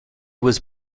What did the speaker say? was